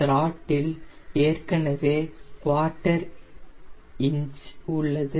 திராட்டில் ஏற்கனவே quarter inch உள்ளது